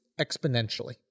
exponentially